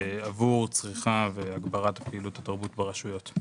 עבור צריכה והגברת פעילות התרבות ברשויות.